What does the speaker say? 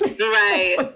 Right